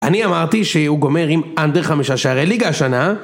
אני אמרתי שהוא גומר עם אנדרי חמישה שערי ליגה השנה